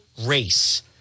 race